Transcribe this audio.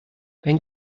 wenn